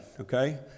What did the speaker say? Okay